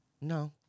No